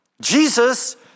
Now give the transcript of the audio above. Jesus